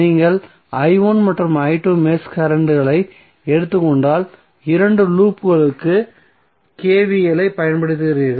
நீங்கள் மற்றும் மெஷ் கரண்ட்ங்களை எடுத்துக் கொண்டால் 2 லூப்ஸ்க்கு KVL ஐப் பயன்படுத்துகிறீர்கள்